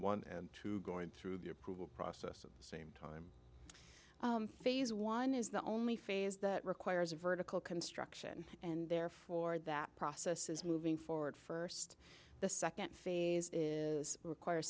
and two going through the approval process of the same time phase one is the only phase that requires a vertical construction and therefore that process is moving forward first the second phase is require